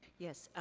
yes,